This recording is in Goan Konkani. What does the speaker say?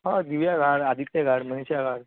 हय विजयाक हाड आदित्याक हाड महेशाक हाड